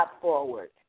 forward